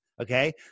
Okay